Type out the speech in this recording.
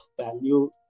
value